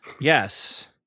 yes